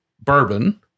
bourbon